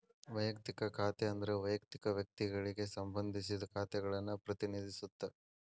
ವಯಕ್ತಿಕ ಖಾತೆ ಅಂದ್ರ ವಯಕ್ತಿಕ ವ್ಯಕ್ತಿಗಳಿಗೆ ಸಂಬಂಧಿಸಿದ ಖಾತೆಗಳನ್ನ ಪ್ರತಿನಿಧಿಸುತ್ತ